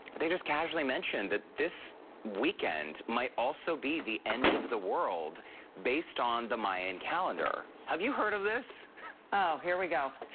they just casually mentioned that this weekend might also be the end of the world based on the mayan calendar. have you heard of this? courtney oh, here we go.